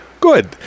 Good